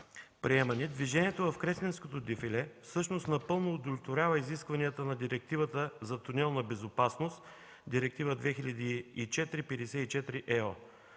приемане, движението в Кресненското дефиле всъщност напълно удовлетворява изискванията на Директивата за тунелна безопасност – Директива 2004/54 ЕО,